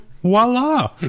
voila